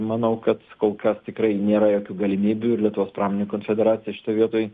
manau kad kol kas tikrai nėra jokių galimybių ir lietuvos pramonininkų konfederacija šitoj vietoj